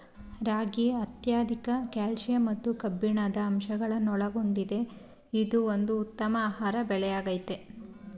ರಾಗಿ ಅತ್ಯಧಿಕ ಕ್ಯಾಲ್ಸಿಯಂ ಮತ್ತು ಕಬ್ಬಿಣದ ಅಂಶಗಳನ್ನೊಳಗೊಂಡಿದೆ ಇದು ಒಂದು ಉತ್ತಮ ಆಹಾರ ಬೆಳೆಯಾಗಯ್ತೆ